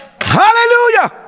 Hallelujah